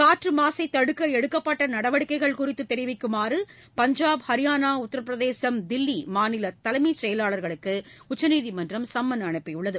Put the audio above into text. காற்றுமாசைதடுக்கஎடுக்கப்பட்டநடவடிக்கைகள் குறித்துதெரிவிக்குமாறு பஞ்சாப் ஹரியானாஉத்திரப்பிரதேசம் தில்லிமாநிலதலைமைச் செயலர்களுக்குஉச்சநீதிமன்றம் சம்மன் அனுப்பியுள்ளது